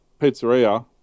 pizzeria